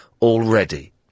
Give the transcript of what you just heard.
already